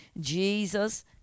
Jesus